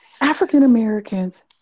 African-Americans